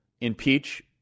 impeach